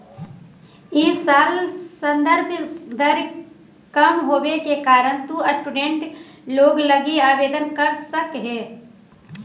इ साल संदर्भ दर कम होवे के कारण तु स्टूडेंट लोन लगी आवेदन कर सकऽ हे